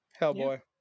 Hellboy